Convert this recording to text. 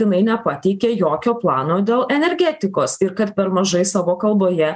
jinai nepateikė jokio plano dėl energetikos ir kad per mažai savo kalboje